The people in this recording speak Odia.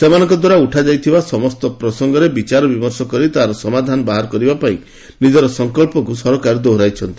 ସେମାନଙ୍କଦ୍ୱାରା ଉଠାଯାଇଥିବା ସମସ୍ତ ପ୍ରସଙ୍ଗରେ ବିଚାର ବିମର୍ଶ କରି ତାହାର ସମାଧାନ ବାହାର କରିବାପାଇଁ ନିଜର ସଙ୍କଞ୍ଚକୁ ଦୋହରାଇଛନ୍ତି